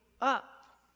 up